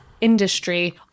industry